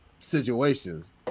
Situations